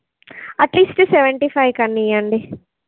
at least seventy five కన్నా ఇవ్వండి